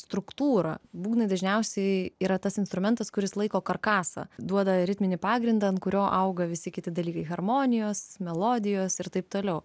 struktūrą būgnai dažniausiai yra tas instrumentas kuris laiko karkasą duoda ritminį pagrindą ant kurio auga visi kiti dalykai harmonijos melodijos ir taip toliau